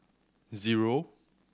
zero